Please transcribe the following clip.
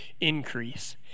increase